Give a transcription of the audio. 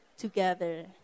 Together